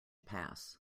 pass